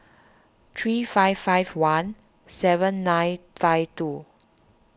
three five five one seven nine five two